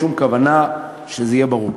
שום כוונה, שזה יהיה ברור.